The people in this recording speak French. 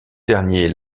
derniers